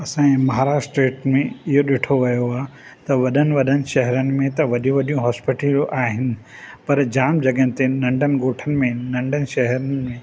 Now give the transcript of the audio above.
असांजे महाराष्ट्र स्टेट में इहो ॾिठो वियो आहे त वॾनि वॾनि शहरनि में त वॾियूं वॾियूं हॉस्पीटलूं आहिनि पर जाम जॻहियुनि ते नंढनि ॻोठनि में नंढनि शहरनि में